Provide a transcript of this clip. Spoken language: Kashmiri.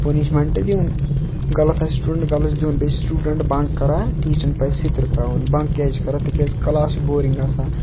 پُنِشمٮ۪نٛٹہٕ دِیُن غلط آسہِ سِٹوٗڈَنٛٹ غلط دیُن بیٚیہِ چھُ سٹوٗڈَنٛٹ بَنٛک کَران ٹیٖچرَن پَزِ سُہ تہِ رُکاوُن بَنٛک کیٛازِ چھِ کَران تِکیٛازِ کَلاس چھِ بورِنٛگ آسان